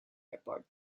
airport